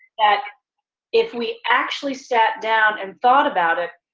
that if we actually sat down and thought about it,